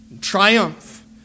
Triumph